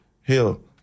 hell